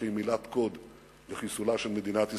שהיא מילת קוד לחיסולה של מדינת ישראל,